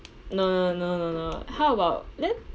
no no no no no how about then